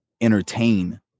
entertain